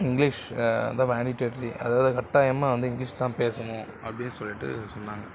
English வந்து mandatorily அதாவது கட்டாயமாக வந்து இங்கிலீஷ் தான் பேசணும் அப்படின்னு சொல்லிவிட்டு சொன்னாங்க